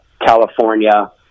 California